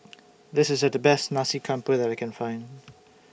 This IS The Best Nasi Campur that I Can Find